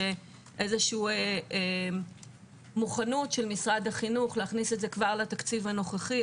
איזושהי מוכנות של משרד החינוך להכניס את זה כבר לתקציב הנוכחי,